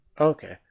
Okay